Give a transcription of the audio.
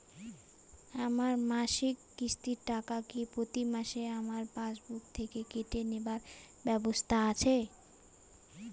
আমার মাসিক কিস্তির টাকা কি প্রতিমাসে আমার পাসবুক থেকে কেটে নেবার ব্যবস্থা আছে?